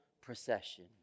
procession